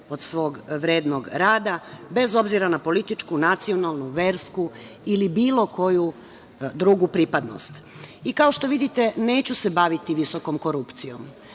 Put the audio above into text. od svog vrednog rada, bez obzira na političku, nacionalnu, versku ili bilo koju drugu pripadnost. Kao što vidite, neću se baviti visokom korupcijom